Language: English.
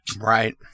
right